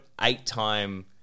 eight-time